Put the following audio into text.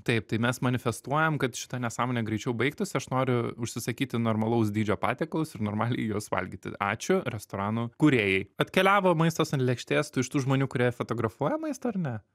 taip tai mes manifestuojam kad šita nesąmonė greičiau baigtųsi aš noriu užsisakyti normalaus dydžio patiekalus ir normaliai juos valgyti ačiū restoranų kūrėjai atkeliavo maistas ant lėkštės tu iš tų žmonių kurie fotografuoja maistą ar ne